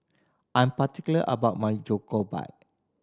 I'm particular about my Jokbal